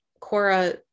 Cora